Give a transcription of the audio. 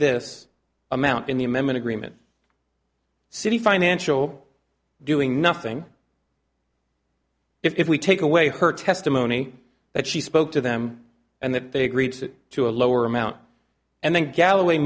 this amount in the amendment agreement city financial doing nothing if we take away her testimony that she spoke to them and that they agreed to a lower amount and then gall